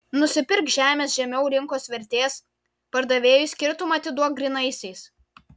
nusipirk žemės žemiau rinkos vertės pardavėjui skirtumą atiduok grynaisiais